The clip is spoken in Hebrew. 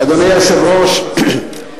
אדוני היושב-ראש,